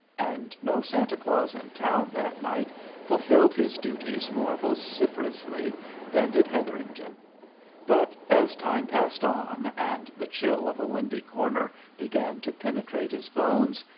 and no santa claus in town that night fulfilled his duties more vociferously than did hetherington but as time passed on, and the chill of a windy corner began to penetrate his bones,